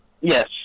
yes